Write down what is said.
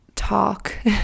talk